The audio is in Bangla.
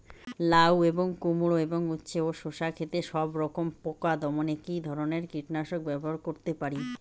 লাউ এবং কুমড়ো এবং উচ্ছে ও শসা ক্ষেতে সবরকম পোকা দমনে কী ধরনের কীটনাশক ব্যবহার করতে পারি?